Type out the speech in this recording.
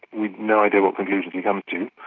we've no idea what conclusions he comes to.